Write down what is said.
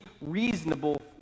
reasonable